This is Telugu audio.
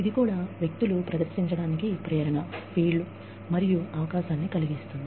ఇది కూడా వ్యక్తులు ప్రదర్శించడానికి ప్రేరణ ఫీడ్లు మరియు అవకాశాన్నికలిగిస్తుంది